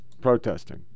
protesting